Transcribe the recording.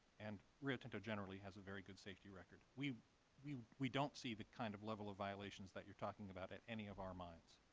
and rio tinto generally has a very good safety record. we we don't see the kind of level of violations that you are talking about at any of our mines.